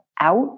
out